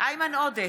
איימן עודה,